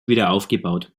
wiederaufgebaut